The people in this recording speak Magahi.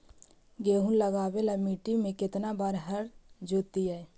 गेहूं लगावेल मट्टी में केतना बार हर जोतिइयै?